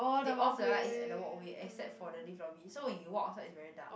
they off the lights at the walkway except for the lift lobby so when you walk outside it's very dark